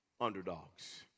underdogs